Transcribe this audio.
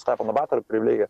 stepono batoro privilegija